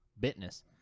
bitness